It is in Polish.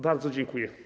Bardzo dziękuję.